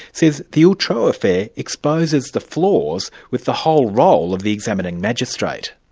says the outreau affair exposes the flaws with the whole role of the examining magistrate.